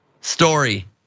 story